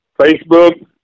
Facebook